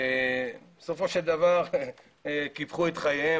שבסופו של דבר קיפחו את חייהם,